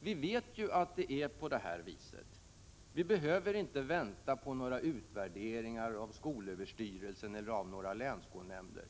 Vi vet att det är på det här sättet. Vi behöver inte vänta på några utvärderingar från skolöverstyrelsen eller från några länsskolnämnder.